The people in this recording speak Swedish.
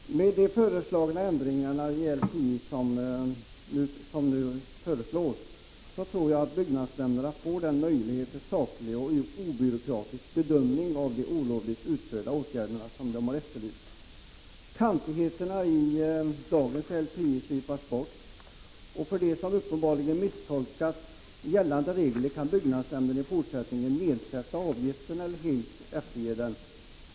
Fru talman! Med de föreslagna ändringarna av LPI tror jag att byggnadsnämnderna får den möjlighet till saklig och obyråkratisk bedömning av de olovliga åtgärderna som har efterlysts. Kantigheterna i LPI slipas bort, och vid uppenbar misstolkning av gällande regler kan byggnadsnämnden i fortsättningen nedsätta avgiften eller helt efterge den.